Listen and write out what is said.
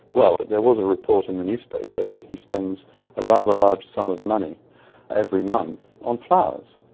well, there was a report in the newspaper that he spends a rather large sum of money every month on flowers,